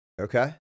Okay